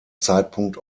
zeitpunkt